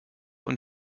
und